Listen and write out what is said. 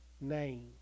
name